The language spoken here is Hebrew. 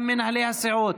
גם מנהלי הסיעות.